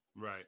Right